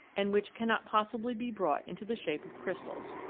and which cannot possibly be brought into the shape of crystals.